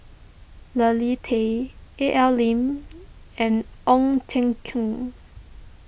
Leslie Tay A L Lim and Ong Teng Koon